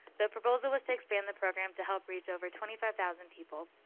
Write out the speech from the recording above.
the proposal was to expand the program to help reach over twenty five thousand people.